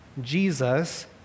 Jesus